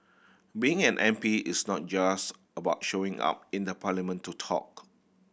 being an M P is not just about showing up in the parliament to talk